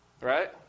Right